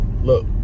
Look